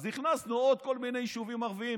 אז הכנסנו עוד כל מיני יישובים ערביים,